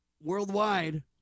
Worldwide